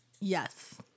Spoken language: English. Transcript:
Yes